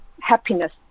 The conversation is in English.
happiness